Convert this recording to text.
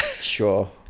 Sure